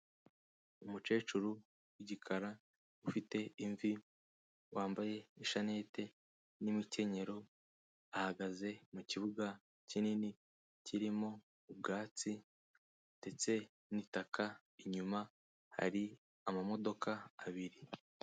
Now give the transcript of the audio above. Umukecuru w'igikara ufite imvi wambaye ishanete n'imikenyero, ahagaze mu kibuga kinini kirimo ubwatsi ndetse n'itaka, inyuma hari amamodoka abiri.